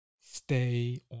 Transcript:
stay